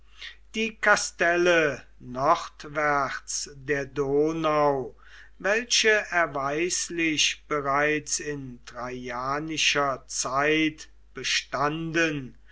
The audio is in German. die kastelle nordwärts der donau welche erweislich bereits in traianischer zeit bestandenem